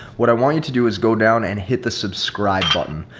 what i want you to do is go down and hit the subscribe button.